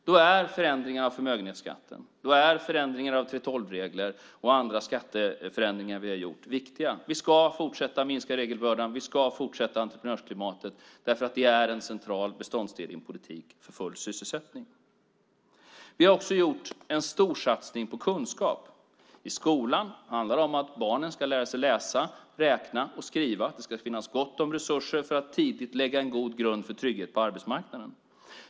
Då är förändringen av förmögenhetsskatten, förändringen av 3:12-regler och andra skatteförändringar som vi har gjort viktiga. Vi ska fortsätta att minska regelbördan. Vi ska fortsätta att förbättra entreprenörsklimatet, för det är en central beståndsdel i en politik för full sysselsättning. Vi har också gjort en stor satsning på kunskap. I skolan handlar det om att barnen ska lära sig läsa, räkna och skriva. Det ska finnas gott om resurser för att tidigt lägga en god grund för trygghet på arbetsmarknaden.